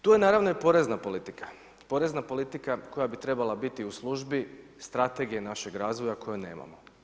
Tu je naravno i porezna politika, porezna politika koja bi trebala biti u službi strategije našeg razvoja kojeg nemamo.